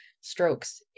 strokes